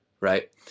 Right